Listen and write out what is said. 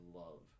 love